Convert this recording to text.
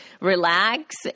relax